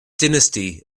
dynasty